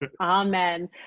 Amen